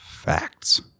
Facts